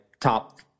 top